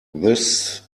this